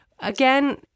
Again